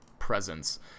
Presence